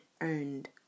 earned